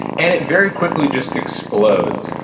and it very quickly just explodes.